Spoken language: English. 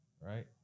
right